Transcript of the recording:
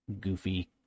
goofy